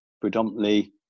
predominantly